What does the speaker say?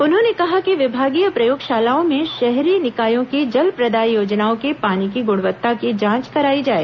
उन्होंने कहा कि विभागीय प्रयोगशालाओं में शहरी निकायों की जलप्रदाय योजनाओं के पानी की गुणवत्ता की जांच करवाई जाए